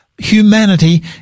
Humanity